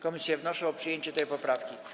Komisje wnoszą o przyjęcie tej poprawki.